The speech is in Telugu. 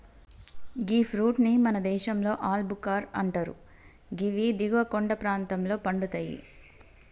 గీ ఫ్రూట్ ని మన దేశంలో ఆల్ భుక్కర్ అంటరు గివి దిగువ కొండ ప్రాంతంలో పండుతయి